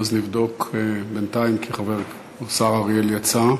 נבדוק בינתיים, כי השר אריאל יצא.